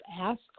Ask